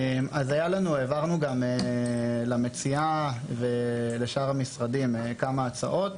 העברנו למציעה ולשאר המשרדים כמה הצעות.